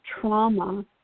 trauma